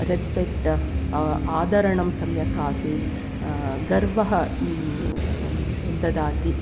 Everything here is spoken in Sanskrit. रेस्पेक्ट् आदरणं सम्यक् आसीत् गर्वः ददाति